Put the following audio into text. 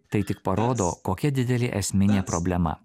tai tik parodo kokia didelė esminė problema